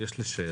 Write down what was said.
יש לי שאלה,